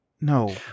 No